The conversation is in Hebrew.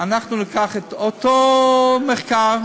אנחנו ניקח את אותו מחקר,